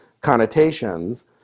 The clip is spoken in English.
connotations